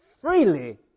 freely